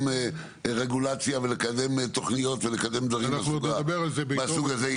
רגולציה ולקדם תוכניות ולקדם דברים מהסוג הזה.